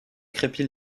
crépi